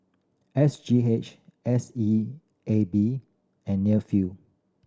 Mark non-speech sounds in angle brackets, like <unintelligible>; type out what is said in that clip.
S G H S E A B and <unintelligible>